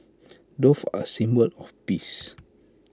doves are symbol of peace